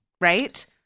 right